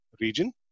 region